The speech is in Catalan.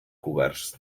coberts